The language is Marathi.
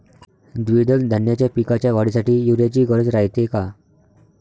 द्विदल धान्याच्या पिकाच्या वाढीसाठी यूरिया ची गरज रायते का?